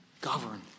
govern